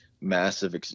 massive